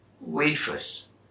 wafers